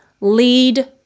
lead